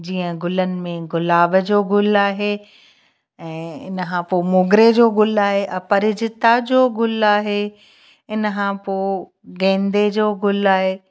जीअं गुलनि में गुलाब जो गुलु आहे ऐं इन खां पोइ मोगरे जो गुलु आहे अपराजिता जो गुलु आहे इन खां पोइ गेंदे जो गुलु आहे